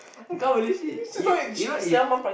I can't believe she you you know if